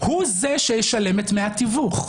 הוא זה שישלם את דמי התיווך?